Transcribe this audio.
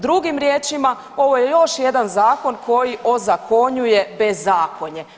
Drugim riječima, ovo je još jedan zakon koji ozakonjuje bezakonje.